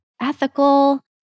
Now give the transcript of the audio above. ethical